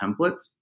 templates